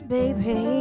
baby